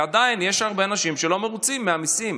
ועדיין, יש הרבה אנשים שלא מרוצים מהמיסים.